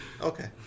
Okay